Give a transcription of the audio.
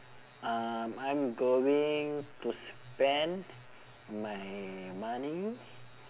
um I'm going to spend my money